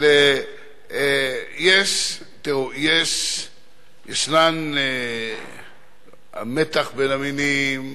תראו, ישנו מתח בין המינים,